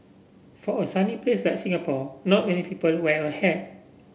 for a sunny place like Singapore not many people wear a hat